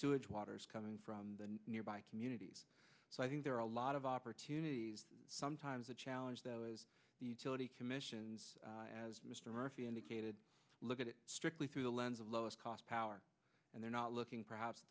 sewage water is coming from the nearby communities so i think there are a lot of opportunities sometimes a challenge those commissions as mr murphy indicated look at it strictly through the lens of lowest cost power and they're not looking perhaps